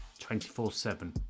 24-7